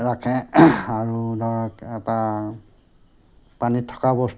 ৰাখে আৰু ধৰক তাৰপৰা পানীত থকা বস্তু